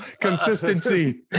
consistency